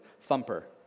Thumper